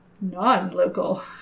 non-local